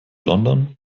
london